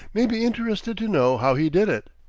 may be interested to know how he did it.